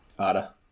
Ada